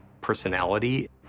personality